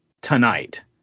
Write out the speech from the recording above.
tonight